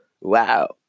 Wow